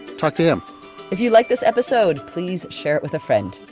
talk to him if you liked this episode, please share it with a friend.